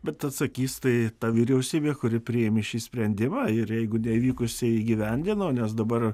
bet atsakys tai ta vyriausybė kuri priėmė šį sprendimą ir jeigu nevykusiai įgyvendino nes dabar